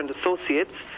Associates